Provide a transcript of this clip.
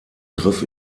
griff